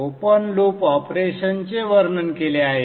open loop ऑपरेशनचे वर्णन केले आहे